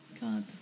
God